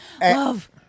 Love